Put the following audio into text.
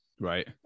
Right